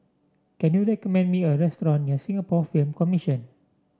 can you recommend me a restaurant near Singapore Film Commission